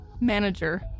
Manager